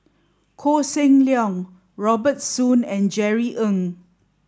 Koh Seng Leong Robert Soon and Jerry Ng